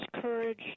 courage